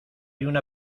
una